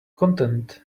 content